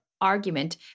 argument